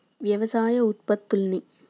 వ్యవసాయ ఉత్పత్తుల్ని